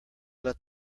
let